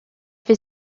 fait